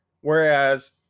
Whereas